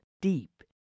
deep